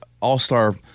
all-star